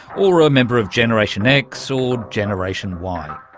or a member of generation x or generation y.